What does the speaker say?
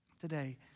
today